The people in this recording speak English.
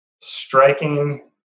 striking